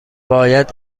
باید